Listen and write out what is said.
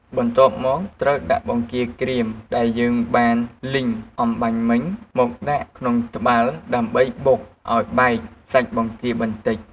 បន្ទាប់មក ត្រូវដាក់បង្គាក្រៀមដែលយើងបានលីងអម្បាញ់មិញ មកដាក់ក្នុងត្បាល់ដើម្បីបុកឱ្យបែកសាច់បង្គាបន្តិច។